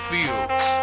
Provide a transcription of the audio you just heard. Fields